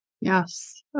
Yes